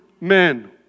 men